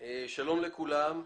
שלום לכולם.